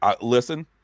Listen